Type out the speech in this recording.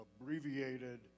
abbreviated